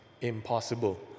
impossible